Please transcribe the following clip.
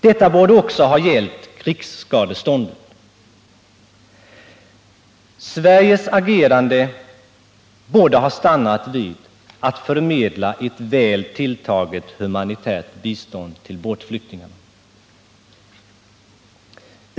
Detta borde också ha gällt krigsskadeståndet. Sveriges agerande borde ha stannat vid att förmedla ett väl tilltaget humanitärt bistånd till båtflyktingarna.